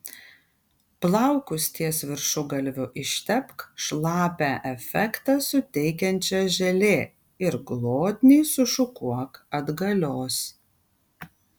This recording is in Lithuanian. plaukus ties viršugalviu ištepk šlapią efektą suteikiančia želė ir glotniai sušukuok atgalios